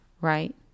right